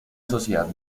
sociedad